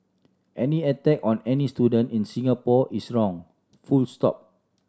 any attack on any student in Singapore is wrong full stop